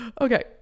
Okay